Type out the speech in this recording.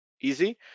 easy